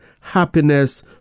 happiness